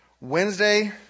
Wednesday